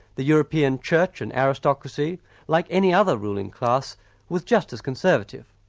the european church and aristocracy like any other ruling class were just as conservative.